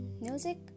music